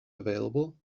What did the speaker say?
available